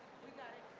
we've got